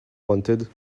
wanted